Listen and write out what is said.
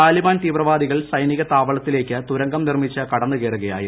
താലിബാൻ തീവ്രവാദികൾ സൈനിക താവളത്തിലേക്ക് തുരങ്കം നിർമ്മിച്ച് കടന്നുകയായിരുന്നു